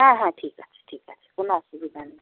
হ্যাঁ হ্যাঁ ঠিক আছে ঠিক আছে কোনো অসুবিধা নেই